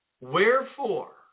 Wherefore